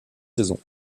saisons